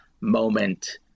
moment